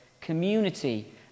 Community